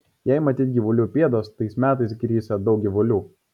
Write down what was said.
jei matyti gyvulių pėdos tais metais krisią daug gyvulių